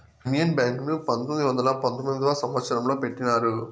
union Bank ను పంతొమ్మిది వందల పంతొమ్మిదవ సంవచ్చరంలో పెట్టినారు